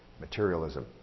materialism